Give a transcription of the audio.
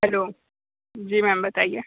hello जी ma'am बताइए